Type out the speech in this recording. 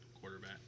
quarterback